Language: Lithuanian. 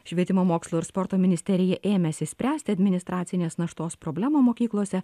švietimo mokslo ir sporto ministerija ėmėsi spręsti administracinės naštos problemą mokyklose